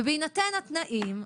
ובהינתן התנאים,